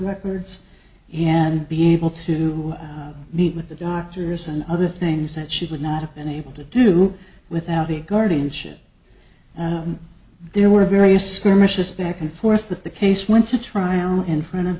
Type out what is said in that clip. records and be able to meet with the doctors and other things that she would not have been able to do without the guardianship and there were various skirmishes back and forth that the case went to trial in front of